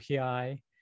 API